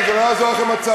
חבר'ה, לא יעזרו לכם הצעקות.